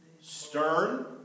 Stern